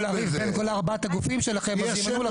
לריב בין כל ארבעת הגופים שלכם אז ימנו לכם.